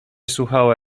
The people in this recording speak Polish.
słuchała